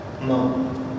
No